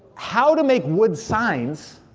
how to make wood signs,